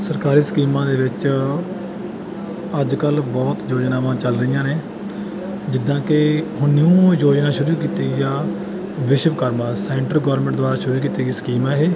ਸਰਕਾਰੀ ਸਕੀਮਾਂ ਦੇ ਵਿੱਚ ਅੱਜ ਕੱਲ੍ਹ ਬਹੁਤ ਯੋਜਨਾਵਾਂ ਚੱਲ ਰਹੀਆਂ ਨੇ ਜਿੱਦਾਂ ਕਿ ਹੁਣ ਨਿਊ ਯੋਜਨਾ ਸ਼ੁਰੂ ਕੀਤੀ ਆ ਵਿਸ਼ਵਕਰਮਾ ਸੈਂਟਰ ਗੌਰਮੈਂਟ ਦੁਆਰਾ ਸ਼ੁਰੂ ਕੀਤੀ ਗਈ ਸਕੀਮ ਹੈ ਇਹ